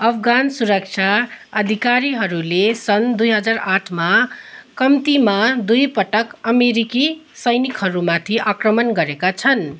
अफगान सुरक्षा अधिकारीहरूले सन् दुई हजार आठमा कम्तीमा दुई पटक अमेरिकी सैनिकहरूमाथि आक्रमण गरेका छन्